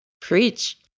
Preach